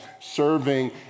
Serving